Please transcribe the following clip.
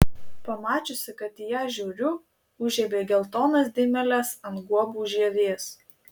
pamačiusi kad į ją žiūriu užžiebė geltonas dėmeles ant guobų žievės